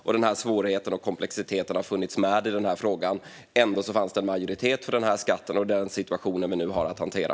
Frågans svårighet och komplexitet har hela tiden funnits med. Ändå fanns det en majoritet för denna skatt och den situation vi nu har att hantera.